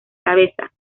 cabeza